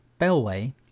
Bellway